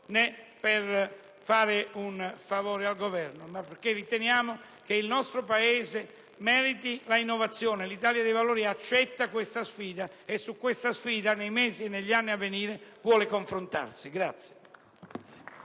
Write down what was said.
né per fare un favore al Governo, ma perché riteniamo che il nostro Paese meriti l'innovazione. L'Italia dei Valori accetta questa sfida e su questa sfida nei mesi e negli anni a venire vuole confrontarsi.